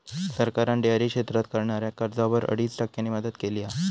सरकारान डेअरी क्षेत्रात करणाऱ्याक कर्जावर अडीच टक्क्यांची मदत केली हा